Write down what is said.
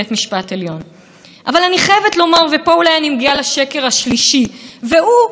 כמו שאומרת השרה שקד: בית המשפט העליון הוא סניף של מרצ.